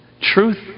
Truth